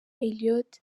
elliott